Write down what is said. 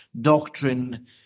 doctrine